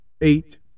Eight